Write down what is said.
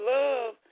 love